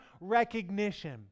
recognition